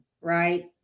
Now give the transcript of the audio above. Right